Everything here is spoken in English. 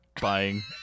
buying